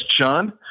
Sean